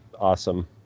awesome